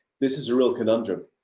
this is a real conundrum.